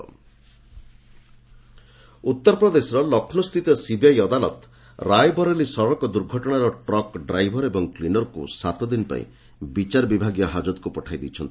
Raebareli CBI ଉତ୍ତରପ୍ରଦେଶର ଲକ୍ଷ୍ନୌସ୍ଥିତ CBI ଅଦାଲତ ରାୟବରେଲି ସଡ଼କ ଦୁର୍ଘଟଣାର ଟ୍ରକ୍ ଡ୍ରାଇଭର୍ ଓ କ୍ଲିନରକୁ ସାତଦିନ ପାଇଁ ବିଚାରବିଭାଗୀୟ ହାଜତକୁ ପଠାଇଛନ୍ତି